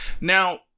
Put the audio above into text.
Now